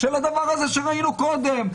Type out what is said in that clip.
שראינו קודם,